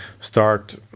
start